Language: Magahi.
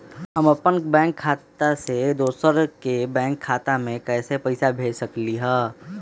हम अपन बैंक खाता से कोई दोसर के बैंक खाता में पैसा कैसे भेज सकली ह?